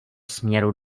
směru